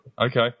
okay